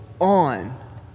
on